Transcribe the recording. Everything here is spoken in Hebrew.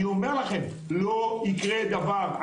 אני אומר לכם לא יקרה דבר.